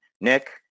Nick